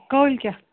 کٲلۍ کٮ۪تھ